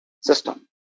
system